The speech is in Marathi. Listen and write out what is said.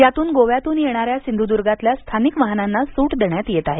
यातून गोव्यातून येणाऱ्या सिंधुदुर्गातल्या स्थानिक वाहनांना सूट देण्यात येत आहे